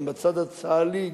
גם בצד הצה"לי,